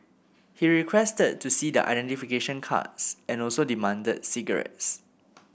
he requested to see their identification cards and also demanded cigarettes